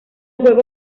juegos